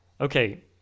Okay